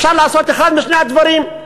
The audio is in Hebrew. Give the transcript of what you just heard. אפשר לעשות אחד משני הדברים: